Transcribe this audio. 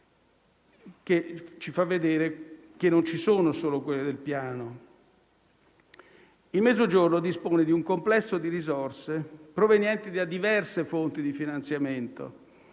conto ci fa vedere che non ci sono solo le risorse del Piano, ma il Mezzogiorno dispone di un complesso di risorse, provenienti da diverse fonti di finanziamento.